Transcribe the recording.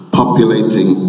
populating